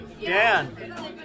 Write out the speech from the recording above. Dan